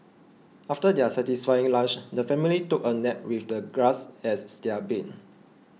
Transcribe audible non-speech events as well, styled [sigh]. after their satisfying lunch the family took a nap with the grass as [noise] their bed